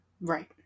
Right